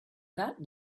that